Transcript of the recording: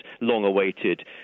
long-awaited